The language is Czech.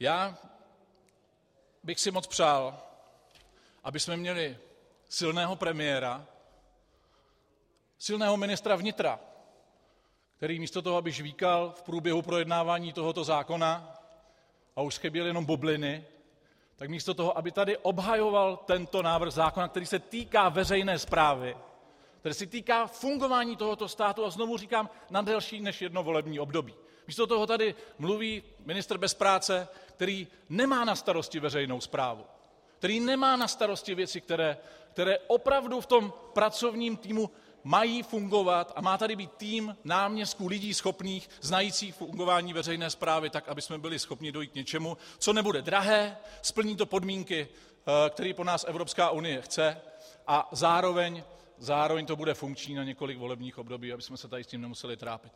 Já bych si moc přál, abychom měli silného premiéra, silného ministra vnitra, který místo toho, aby žvýkal v průběhu projednávání tohoto zákona a už chyběly jenom bubliny tak místo toho, aby tady obhajoval tento návrh zákona, který se týká veřejné správy, který se týká fungování tohoto státu, a znovu říkám, na delší než jedno volební období, místo toho tady mluví ministr bez práce, který nemá na starosti veřejnou správu, který nemá na starosti věci, které opravdu v tom pracovním týmu mají fungovat, a má tady být tým náměstků, lidí schopných, znajících fungování veřejné správy, tak abychom byli schopni dojít k něčemu, co nebude drahé, splní to podmínky, které po nás Evropská unie chce, a zároveň to bude funkční na několik volebních období, abychom se tady s tím nemuseli trápit.